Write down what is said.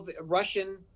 Russian